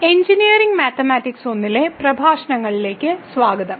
engineering mathematics 1 ലെ പ്രഭാഷണങ്ങളിലേക്ക് സ്വാഗതം